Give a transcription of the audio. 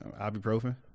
Ibuprofen